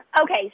Okay